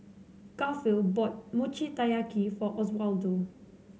Garfield bought Mochi Taiyaki for Oswaldo